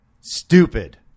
stupid